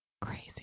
Crazy